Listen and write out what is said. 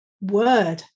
word